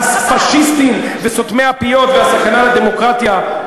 על הפאשיסטים וסותמי הפיות והסכנה לדמוקרטיה.